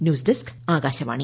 news desk Akashvani